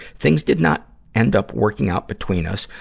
things did not end up working out between us,